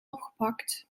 opgepakt